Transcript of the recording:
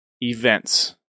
events